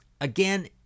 again